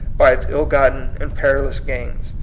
by its ill-gotten and perilous gains.